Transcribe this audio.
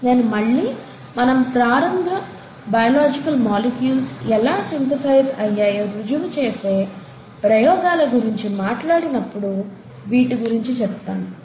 నేను మళ్ళీ మనం ప్రారంభ బయలాజికల్ మాలిక్యూల్స్ ఎలా సింథసైజ్ అయ్యాయో రుజువు చేసే ప్రయోగాలు గురించి మాట్లాడినప్పుడు వీటి గురించి చెప్తాను